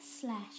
slash